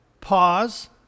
pause